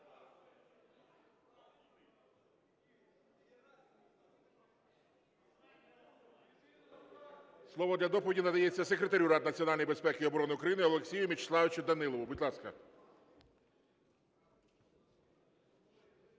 Слово для доповіді надається Секретарю Ради національної безпеки і оборони України Олексію Мячеславовичу Данілову. Будь ласка.